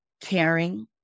Caring